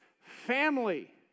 Family